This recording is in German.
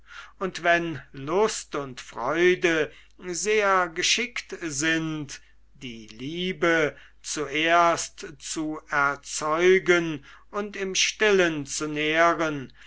und wenn lust und freude sehr geschickt sind die liebe zuerst zu erzeugen und im stillen zu nähren